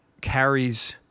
carries